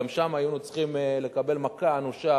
גם שם היינו צריכים לקבל מכה אנושה